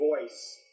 voice